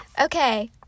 Okay